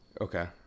Okay